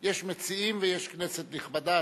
יש מציעים ויש כנסת נכבדה.